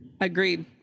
Agreed